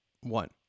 one